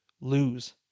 lose